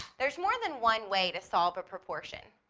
there is more than one way to solve a proportion.